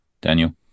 Daniel